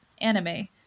anime